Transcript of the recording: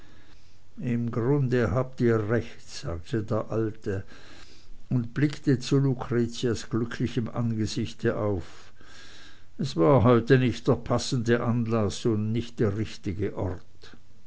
im grunde habt ihr recht sagte der alte und blickte zu lucretias glücklichem angesichte auf es war heute nicht der passende anlaß und nicht der richtige ort